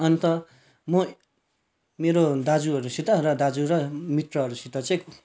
अन्त म मेरो दाजुहरूसित दाजु र मित्रहरूसित चाहिँ